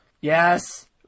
Yes